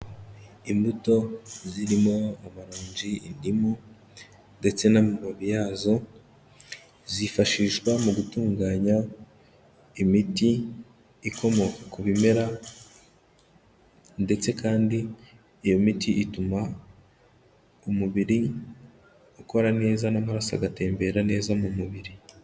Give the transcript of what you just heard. Imbuto zirimo amaronji, indimu ndetse n'amaronji yazo, zifashishwa mu gutunganya imiti ikomoka ku bimera, ndetse kandi iyo miti ituma umubiri ukora neza, n'amaraso agatembera neza mu mubiri.